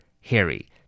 Harry